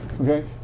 Okay